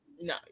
No